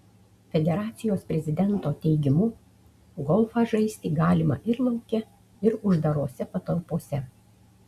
federacijos prezidento teigimu golfą žaisti galima ir lauke ir uždarose patalpose